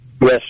Yes